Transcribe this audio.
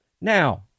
now